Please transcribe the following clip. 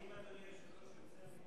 אם אדוני היושב-ראש